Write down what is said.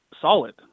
solid